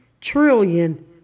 trillion